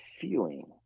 feeling